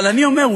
אבל אני אומר,